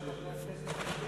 הכנסת,